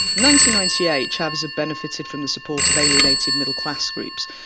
ninety ninety eight, chavez had benefited from the support of alienated middle class groups,